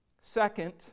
Second